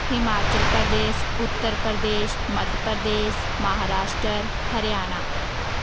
Himachal Pradesh Uttar Pradesh Madhya Pradesh Maharashtra Haryana